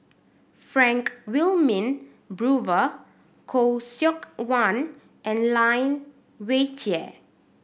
Frank Wilmin Brewer Khoo Seok Wan and Lai Weijie